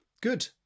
Good